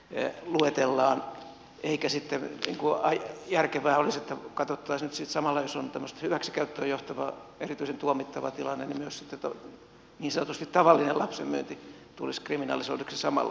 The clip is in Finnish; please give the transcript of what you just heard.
ei ole kellään ei käsittänyt ihoa järkevää olisi että katsottaisiin nyt sitten samalla että jos on tämmöinen hyväksikäyttöön johtava erityisen tuomittava tilanne niin myös niin sanotusti tavallinen lapsen myynti tulisi kriminalisoiduksi samalla